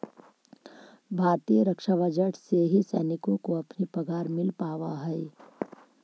भारतीय रक्षा बजट से ही सैनिकों को अपनी पगार मिल पावा हई